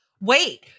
Wait